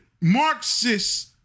Marxists